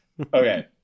Okay